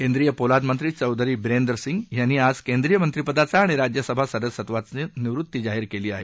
केंद्रीय पोलाद मंत्री चौधरी बिरेंदर सिंग यांनी आज केंद्रीय मंत्रीपदाचा आणि राज्यसभा सदस्यत्वाचा निवृत्ती जाहीर केली आहे